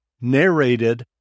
Narrated